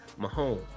Mahomes